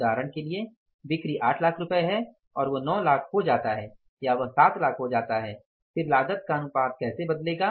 उदाहरण के लिए बिक्री 8 लाख रुपये है और वो 9 लाख हो जाता हैं या वे 7 लाख हो जाता हैं फिर लागत का अनुपात कैसे बदलेगा